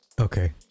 Okay